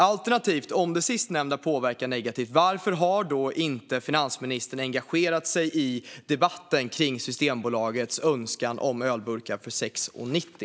Alternativt: Om det sistnämnda påverkar negativt, varför har inte finansministern engagerat sig i debatten om Systembolagets önskan att sälja ölburkar för 6,90?